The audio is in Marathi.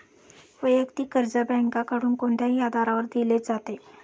वैयक्तिक कर्ज बँकांकडून कोणत्याही आधारावर दिले जाते